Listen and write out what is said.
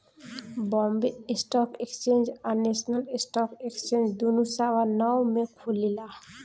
Bombay stock exchange आ national stock exchange दुनो सवा नौ में खुलेला